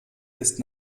ist